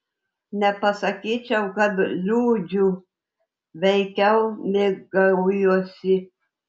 nepasakyčiau kad liūdžiu veikiau mėgaujuosi